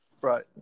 Right